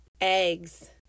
eggs